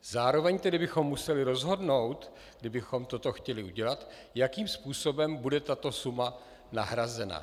Zároveň bychom museli rozhodnout, kdybychom toto chtěli udělat, jakým způsobem bude tato suma nahrazena.